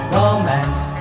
romance